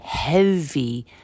heavy